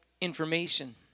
information